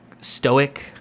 stoic